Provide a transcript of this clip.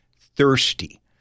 thirsty